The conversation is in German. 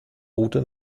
route